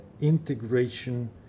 integration